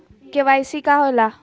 KYC का होवेला?